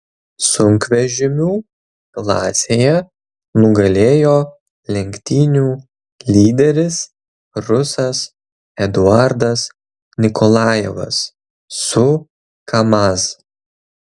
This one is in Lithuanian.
sunkvežimių klasėje nugalėjo lenktynių lyderis rusas eduardas nikolajevas su kamaz